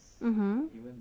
mmhmm